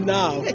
now